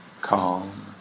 calm